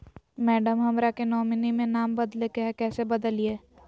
madam, हमरा के nominee में नाम बदले के हैं, कैसे बदलिए